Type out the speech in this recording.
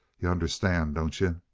you understand, don't you?